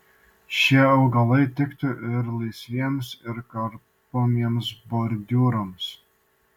šie augalai tiktų ir laisviems ir karpomiems bordiūrams